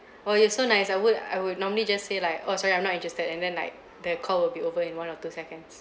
!wow! you're so nice I would I would normally just say like oh sorry I'm not interested and then like the call will be over in one or two seconds